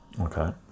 okay